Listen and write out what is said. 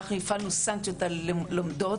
אנחנו הפעלנו סנקציות על לומדות,